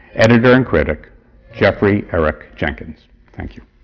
editor and critic jeffrey eric jenkins. thank you.